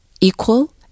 equal